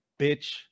bitch